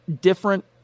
different